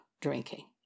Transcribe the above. drinking